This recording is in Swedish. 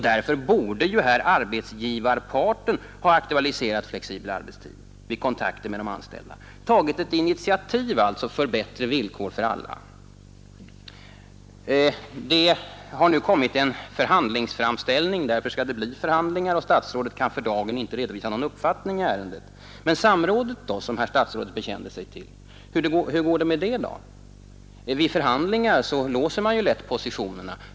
Därför borde arbetsgivarparten ha aktualiserat flexibel arbetstid vid kontakter med de anställda. Den borde alltså ha tagit ett sådant initiativ som leder till bättre villkor för alla. Det har nu kommit en förhandlingsframställning, och därför skall det nu bli förhandlingar. Statsrådet kan således för dagen inte redovisa någon uppfattning i ärendet. Men hur går det då med samrådet, som statsrådet bekände sig till? Vid förhandlingar låser man ju lätt positionerna.